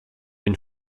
une